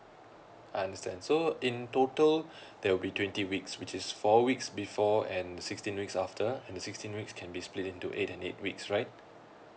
I understand so in total there will be twenty weeks which is four weeks before and sixteen weeks after and the sixteen weeks can be split into eight and eight weeks right